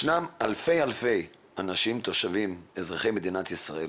ישנים אלפי אלפי אנשים תושבים אזרחי מדינת ישראל,